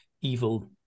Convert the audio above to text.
evil